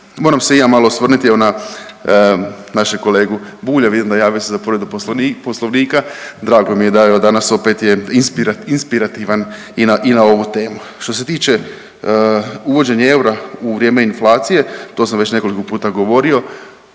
Moram se i ja malo osvrnuti evo na našeg kolegu Bulja. Vidim da javio se za povredu Poslovnika. Drago mi je da je danas evo inspirativan i na ovu temu. Što se tiče uvođenja eura u vrijeme inflacije to sam već nekoliko puta govorio.